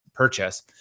purchase